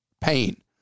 Pain